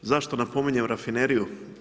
Zašto napominjem rafineriju?